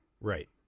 Right